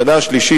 בשנה השלישית,